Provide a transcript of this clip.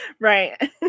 Right